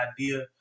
idea